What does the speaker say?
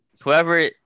whoever